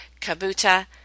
Kabuta